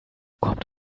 kommt